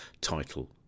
title